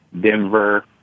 Denver